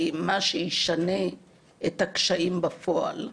מה שישנה את הקשיים בפועל.